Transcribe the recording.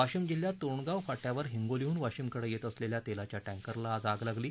वाशिम जिल्ह्यात तोंडगाव फाट्यावर हिंगोलीहून वाशिमकडे येत असलेल्या तेलाच्या टँकरला आज आग लागली